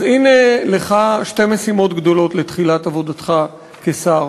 אז הנה לך שתי משימות גדולות לתחילת עבודתך כשר: